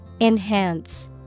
Enhance